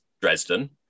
Dresden